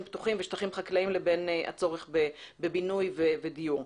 פתוחים ושטחים חקלאיים לבין הצורך בבינוי ודיור.